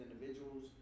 individuals